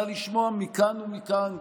אני בא לשמוע מכאן ומכאן,